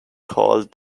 called